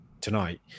tonight